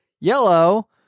Yellow